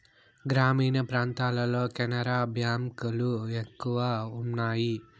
గ్రామీణ ప్రాంతాల్లో కెనరా బ్యాంక్ లు ఎక్కువ ఉన్నాయి